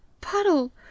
puddle